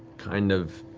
kind of